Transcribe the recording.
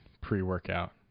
pre-workout